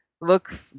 look